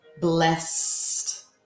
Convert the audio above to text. blessed